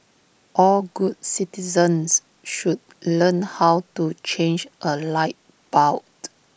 all good citizens should learn how to change A light buld